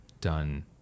done